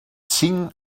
cinc